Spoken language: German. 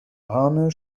arne